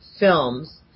films